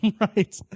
Right